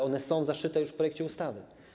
One są zaszyte już w projekcie ustawy.